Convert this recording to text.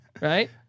right